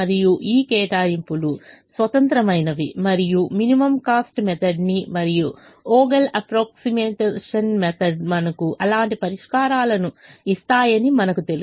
మరియు ఈ కేటాయింపులు స్వతంత్రమైనవి మరియు మినిమం కాస్ట్ మెథడ్ ని మరియు వోగెల్ అప్ప్రోక్సిమేషన్ మెథడ్ మనకు అలాంటి పరిష్కారాలను ఇస్తాయని మనకు తెలుసు